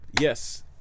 yes